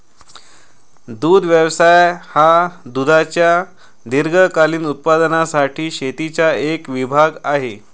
दुग्ध व्यवसाय हा दुधाच्या दीर्घकालीन उत्पादनासाठी शेतीचा एक विभाग आहे